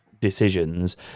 decisions